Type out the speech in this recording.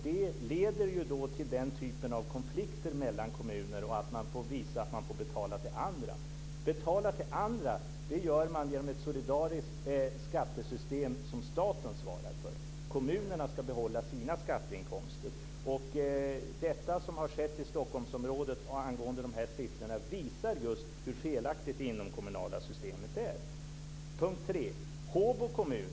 Det leder ju till den här typen av konflikter mellan kommuner och att man kan visa att man får betala till andra. Betalar till andra gör man genom ett solidariskt skattesystem som staten svarar för. Kommunerna ska behålla sina skatteinkomster. Det som har skett i Stockholmsområdet angående de här siffrorna visar just hur felaktigt det inomkommunala systemet är. Det tredje jag vill ta upp gäller Håbo kommun.